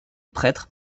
prêtre